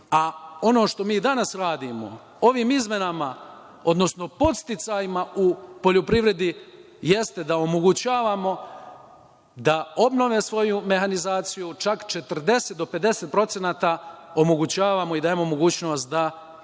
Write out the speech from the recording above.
A, ono što mi danas radimo ovim izmenama, odnosno podsticajima u poljoprivredi jeste da omogućavamo da obnove svoju mehanizaciju čak 40% do 50% omogućavamo i dajemo mogućnost da oni